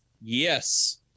Yes